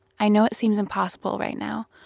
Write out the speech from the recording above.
i know it seems impossible right now,